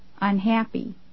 unhappy